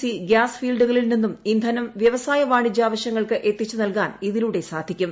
C ഗൃാസ് ഫീൽഡുകളിൽ നിന്നും ഇന്ധനം വ്യവസായ വാണിജ്യ ആവശ്യങ്ങൾക്ക് എത്തിച്ചുനൽകാൻ ഇതിലൂടെ സാധിക്കും